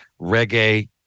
reggae